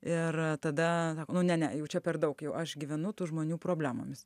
ir tada ne ne jau čia per daug jau aš gyvenu tų žmonių problemomis